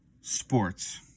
sports